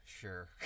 sure